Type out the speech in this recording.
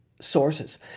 sources